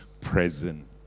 present